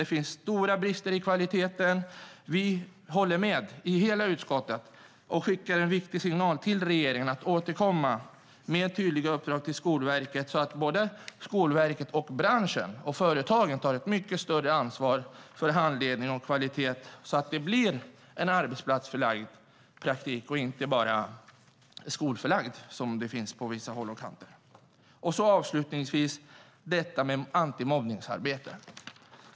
Det finns stora brister i kvaliteten. Det håller hela utskottet med om, och vi skickar en viktig signal till regeringen om att återkomma med tydliga uppdrag till Skolverket, så att både Skolverket och branschen, företaget, tar ett mycket större ansvar för handledning och kvalitet, så att det blir en arbetsplatsförlagd praktik och inte bara en skolförlagd sådan, som det är på vissa håll i dag. Avslutningsvis vill jag ta upp antimobbningsarbetet.